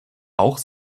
auch